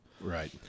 right